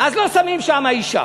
אז לא שמים שם אישה.